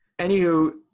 Anywho